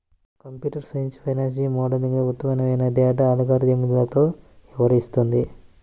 computer science financial మోడలింగ్లో ఉత్పన్నమయ్యే data అల్గారిథమ్లతో వ్యవహరిస్తుంది